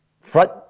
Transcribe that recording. front